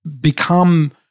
become